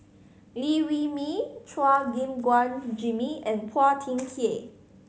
Liew Wee Mee Chua Gim Guan Jimmy and Phua Thin Kiay